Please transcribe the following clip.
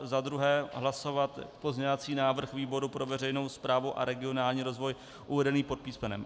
Zadruhé hlasovat pozměňovací návrh výboru pro veřejnou správu a regionální rozvoj uvedený pod písm.